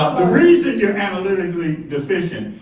ah the reason you're analytically deficient,